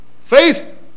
faith